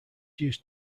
used